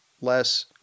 less